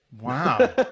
wow